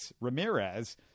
Ramirez